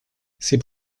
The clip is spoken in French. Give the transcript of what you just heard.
c’est